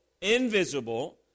invisible